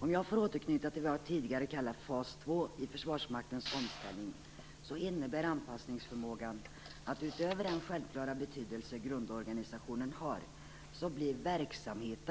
Om jag får återknyta till vad jag tidigare kallade fas två i Försvarsmaktens omställning, innebär anpassningsförmågan att, utöver den självklara betydelse grundorganisationen har, verksamhet